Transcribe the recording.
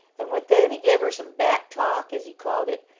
and when thanny gave her some back talk, as he called it,